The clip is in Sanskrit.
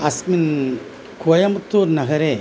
अस्मिन् कोयमुत्तूर्नगरे